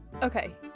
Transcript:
Okay